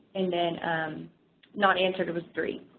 and then not answered was three.